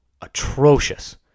atrocious